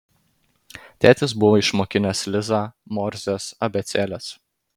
tėtis buvo išmokinęs lizą morzės abėcėlės